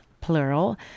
plural